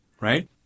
right